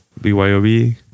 BYOB